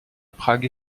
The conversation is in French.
prague